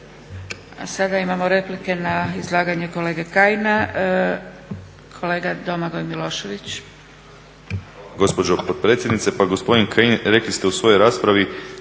Sada imamo replike na izlaganje kolege Kajina. Kolega Domagoj Milošević.